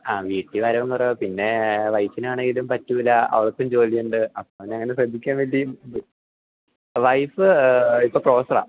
ആ വീട്ടില് വരവും കുറവാണ് പിന്നെ വൈഫിനാണെങ്കിലും പറ്റില്ല അവൾക്കും ജോലിയുണ്ട് അപ്പോള് അങ്ങനെ ശ്രദ്ധിക്കാന് വേണ്ടി വൈഫ് ഇപ്പോള് പ്രൊഫസറാണ്